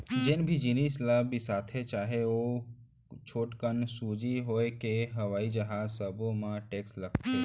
जेन भी जिनिस ल बिसाथे चाहे ओ छोटकन सूजी होए के हवई जहाज सब्बो म टेक्स लागथे